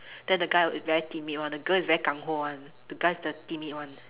then the guy very timid [one] the girl is very [one] the guy is the timid one